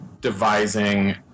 devising